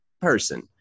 person